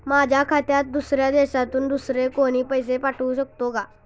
माझ्या खात्यात दुसऱ्या देशातून दुसरे कोणी पैसे पाठवू शकतो का?